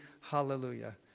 hallelujah